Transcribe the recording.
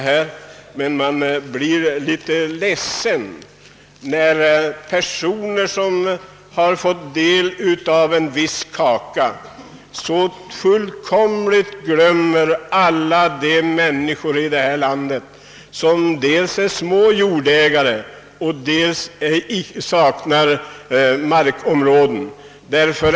Jag blir ledsen när personer som har fått en viss del av kakan så fullkomligt glömmer alla de människor i detta land som är små jordägare eller saknar markområden.